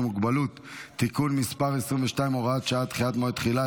מוגבלות (תיקון מס' 22 והוראת שעה) (דחיית מועד תחילה),